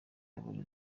yabonye